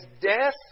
death